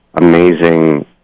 amazing